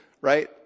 right